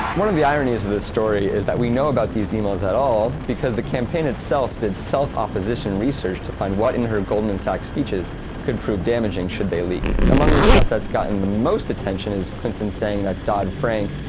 one of the ironies of this story is that we know about these emails at all because the campaign itself did self-opposition research to find what in her goldman sachs speeches could prove damaging should they leak. among the stuff that's gotten the most attention is clinton saying that dodd-frank,